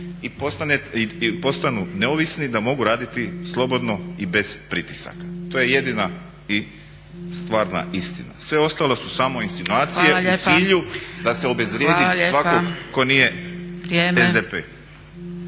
i postanu neovisni da mogu raditi slobodno i bez pritisaka. To je jedina i stvarna istina, sve ostalo su samo insinuacije u cilju da se obezvrijedi svakog tko nije SDP.